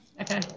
Okay